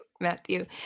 Matthew